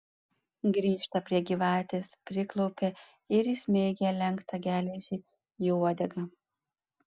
grįžta prie gyvatės priklaupia ir įsmeigia lenktą geležį į uodegą